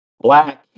black